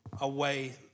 away